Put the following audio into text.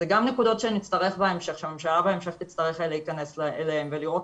אלה גם נקודות שהממשלה תצטרך בהמשך להכנס אליהן ולראות